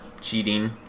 cheating